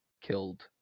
killed